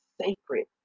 sacred